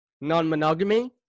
non-monogamy